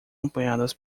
apoiadas